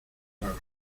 claro